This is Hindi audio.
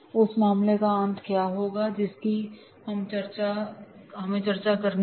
उस मामले का अंत क्या होगा जिसकी हमें चर्चा करनी है